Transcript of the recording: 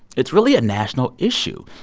it's really a national issue.